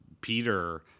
Peter